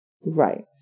Right